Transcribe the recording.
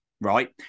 right